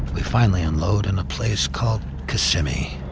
we finally unload in a place called kissimmee.